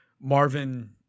Marvin